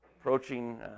approaching